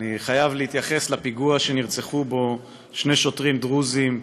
אני חייב להתייחס לפיגוע שנרצחו בו שני שוטרים דרוזים,